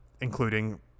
Including